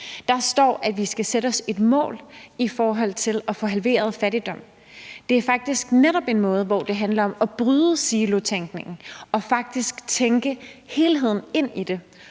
Der står, at vi skal sætte os et mål i forhold til at få halveret fattigdom. Det er netop en måde, hvor det handler om at bryde silotænkningen og faktisk tænke helheden ind i det,